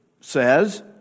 says